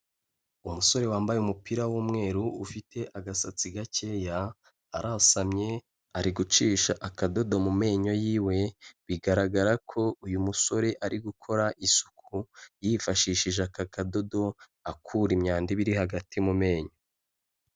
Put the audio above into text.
Umusore wambaye umupira w'umweru ufite agasatsi gakeya, arasamye ari gucisha akadodo mu menyo yiwe, bigaragara ko uyu musore ari gukora isuku yifashishije aka kadodo akura imyanda ibi iri hagati mu menyo.